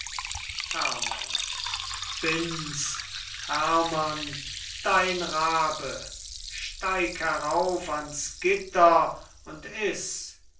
herrmann bin's herrmann dein rabe steig herauf ans gitter und iß